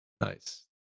Nice